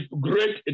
great